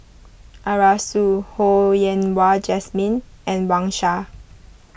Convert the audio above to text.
Arasu Ho Yen Wah Jesmine and Wang Sha